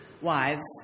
wives